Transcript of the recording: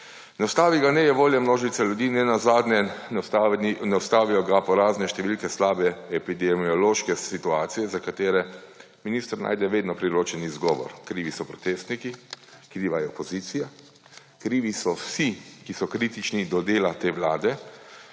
Ne ustavi ga nejevolja množice ljudi, nenazadnje ne ustavijo ga porazne številke slabe epidemiološke situacije, za katere minister najde vedno priročen izgovor. Krivi so protestniki, kriva je opozicija, krivi so vsi, ki so kritični do dela te vlade,